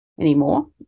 anymore